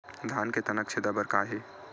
धान के तनक छेदा बर का हे?